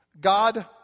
God